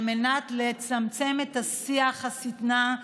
על מנת לצמצם את שיח השטנה,